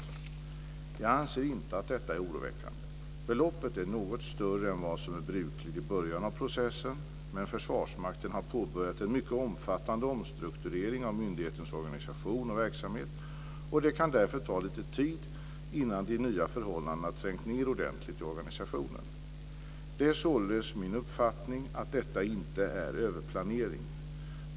Jag anser inte att detta är oroväckande. Beloppet är något större än vad som är brukligt i början av processen, men Försvarsmakten har påbörjat en mycket omfattande omstrukturering av myndighetens organisation och verksamhet, och det kan därför ta lite tid innan de nya förhållandena trängt ned ordentligt i organisationen. Det är således min uppfattning att detta inte är överplanering.